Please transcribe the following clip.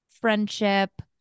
friendship